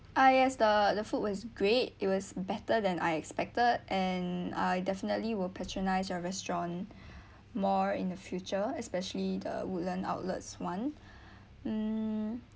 ah yes the the food was great it was better than I expected and I definitely will patronise your restaurant more in the future especially the woodlands outlets one mm